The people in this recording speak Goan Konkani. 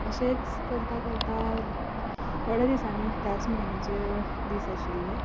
अशेंच करता करता थोड्या दिसांनी त्याच म्हयन्याचे दीस आशिल्ले